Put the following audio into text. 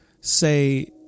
say